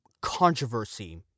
controversy